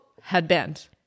Headband